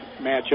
matchup